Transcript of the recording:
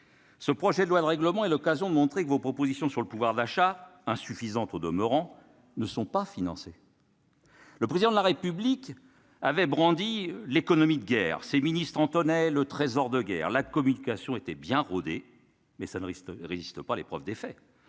Ce projet de loi de règlement et l'occasion de montrer que vos propositions sur le pouvoir d'achat insuffisante au demeurant, ne sont pas financés. Le président de la République avait brandi l'économie de guerre ses ministres entonnait le trésor de guerre, la communication était bien rodé, mais ça ne risque résiste pas à l'épreuve des faits